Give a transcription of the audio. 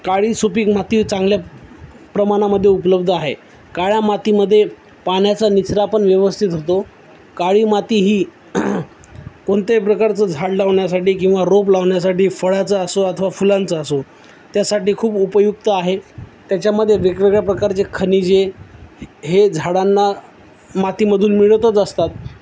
काळी सुपीक माती चांगल्या प्रमाणामध्ये उपलब्ध आहे काळ्या मातीमध्ये पाण्याचा निचरा पण व्यवस्थित होतो काळी माती ही कोणत्याही प्रकारचं झाड लावण्यासाठी किंवा रोप लावण्यासाठी फळा्चा असो अथवा फुलांचा असो त्यासाठी खूप उपयुक्त आहे त्याच्यामध्ये वेगवेगळ्या प्रकारचे खनिजे हे झाडांना मातीमधून मिळतच असतात